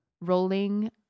rolling